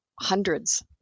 hundreds